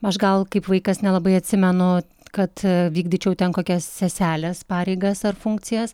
aš gal kaip vaikas nelabai atsimenu kad a vykdyčiau ten kokias seselės pareigas ar funkcijas